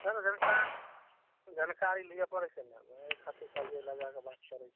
तब जनकारी जनकारी लिअ पड़य छै नहियें खातिर कहलियै लगा कऽ बात करय छी